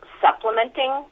supplementing